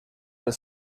are